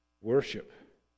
worship